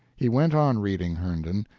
he went on reading herndon,